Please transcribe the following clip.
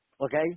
okay